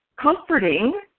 comforting